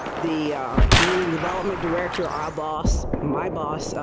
the community development director, our boss, my boss.